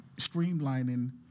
streamlining